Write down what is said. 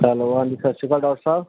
hello ਹਾਂਜੀ ਸਤਿ ਸ਼੍ਰੀ ਅਕਾਲ ਡੋਕਟਰ ਸਾਹਿਬ